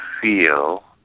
feel